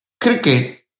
cricket